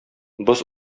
боз